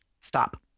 stop